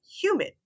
human